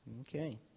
Okay